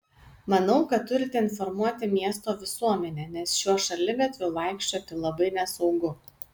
manau kad turite informuoti miesto visuomenę nes šiuo šaligatviu vaikščioti labai nesaugu